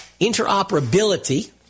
interoperability